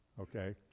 Okay